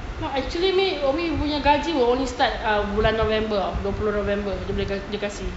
no actually umi umi punya gaji will only start err bulan november dua puluh november dia kasih